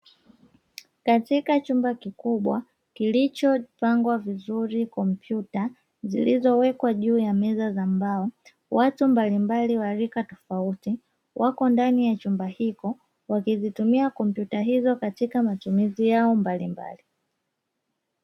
Katika chumba kikubwa kilichopangwa vizuri kompyuta, zilizowekwa juu ya meza za mbao watu mbalimbali wa rika tofauti wako ndani ya chumba hicho, wakizitumia kompyuta hizo katika matumizi yao mbalimbali.